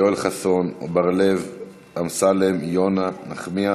יואל חסון, בר-לב, אמסלם, יונה, נחמיאס,